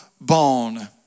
bone